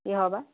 কি হ'বা